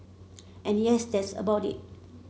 and yes that's about it